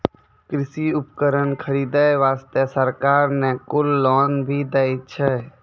कृषि उपकरण खरीदै वास्तॅ सरकार न कुल लोन भी दै छै